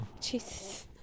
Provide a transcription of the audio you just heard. Jesus